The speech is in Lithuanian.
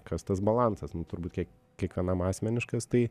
kas tas balansas nu turbūt kiek kiekvienam asmeniškas tai